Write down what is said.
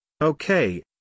Okay